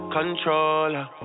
Controller